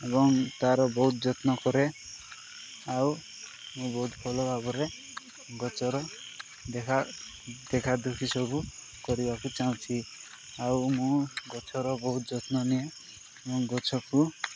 ଏବଂ ତା'ର ବହୁତ ଯତ୍ନ କରେ ଆଉ ମୁଁ ବହୁତ ଭଲ ଭାବରେ ଗଛର ଦେଖା ଦେଖା ଦୁଖି ସବୁ କରିବାକୁ ଚାହୁଁଛି ଆଉ ମୁଁ ଗଛର ବହୁତ ଯତ୍ନ ନିଏ ମୁଁ ଗଛକୁ